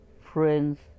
friends